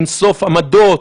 אין-סוף עמדות.